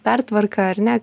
pertvarką ar ne